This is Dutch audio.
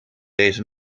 deze